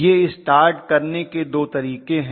ये स्टार्ट करने के दो तरीके हैं